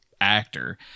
actor